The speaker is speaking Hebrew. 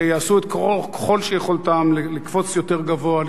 שיעשו ככל שביכולתם לקפוץ יותר גבוה,